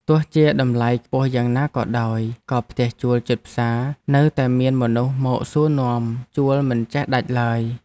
ទោះជាតម្លៃខ្ពស់យ៉ាងណាក៏ដោយក៏ផ្ទះជួលជិតផ្សារនៅតែមានមនុស្សមកសួរនាំជួលមិនចេះដាច់ឡើយ។